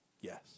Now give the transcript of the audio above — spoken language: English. Yes